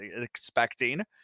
expecting